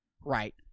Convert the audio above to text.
right